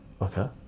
Okay